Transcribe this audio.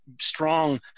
strong